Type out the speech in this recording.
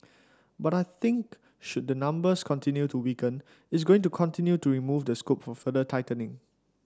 but I think should the numbers continue to weaken it's going to continue to remove the scope for further tightening